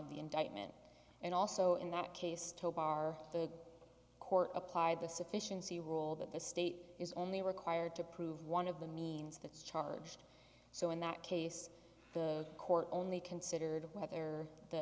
the indictment and also in that case to bar the court applied the sufficiency rule that the state is only required to prove one of the means that charged so in that case the court only considered whether the